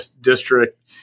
district